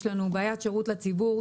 יש לנו בעיית שירות לציבור,